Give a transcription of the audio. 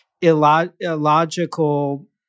illogical